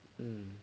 um